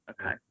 okay